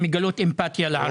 מגלים אמפתיה לערבים.